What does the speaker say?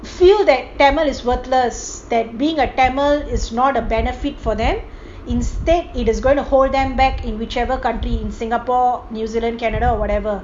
feel that tamil is worthless that being a tamil is not a benefit for them instead it is going to hold them back in whichever country in singapore new zealand canada or whatever